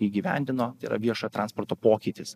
įgyvendino tai yra viešo transporto pokytis